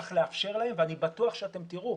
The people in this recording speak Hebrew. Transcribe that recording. צריך לאפשר להן ואני בטוח שאתם תראו,